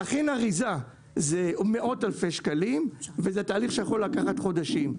להכין אריזה זה מאות אלפי שקלים וזה תהליך שיכול לקחת חודשים.